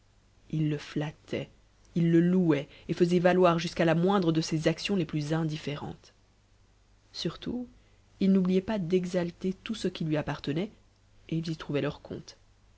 ils le flattaient ils le louaient et faisaient valoir jusqu'à la moindre de ses actions les plus indif ërentes surtout ils n'oubliaient pas d'exalter tout ce qui lui appartenait et ils y trouvaient leur compte